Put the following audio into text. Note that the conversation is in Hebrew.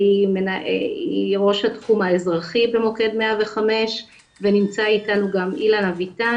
שהיא ראש התחום האזרחי במוקד 105 ונמצא איתנו גם אילן אביטן